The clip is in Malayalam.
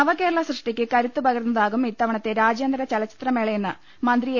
നവകേരള സൃഷ്ടിക്ക് കരുത്തുപകരുന്നതാകും ഇത്തവണത്തെ രാജ്യാന്തര ചലച്ചിത്ര മേളയെന്ന് മന്ത്രി എ